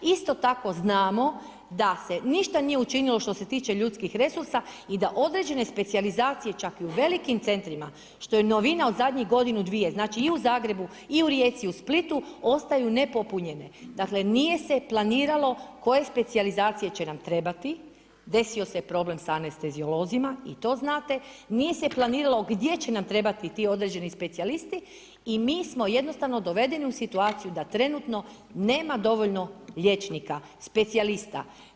Isto tako znamo da se ništa nije učinilo što se tiče ljudski resursa i da određene specijalizacije čak i u velikim centrima što je novina od zadnji godinu, dvije, znači i u Zagrebu i u Rijeci, u Splitu ostaju nepopunjene, dakle, nije se planiralo koje specijalizacije će nam trebati, desio se problem sa anesteziolozima i to znate, nije se planiralo gdje će nam trebati ti određeni specijalisti i mi smo jednostavno dovedeni u situaciju da trenutno nema dovoljno liječnika specijalista.